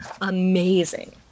Amazing